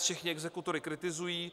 Všichni exekutory kritizují.